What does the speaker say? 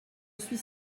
suis